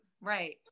Right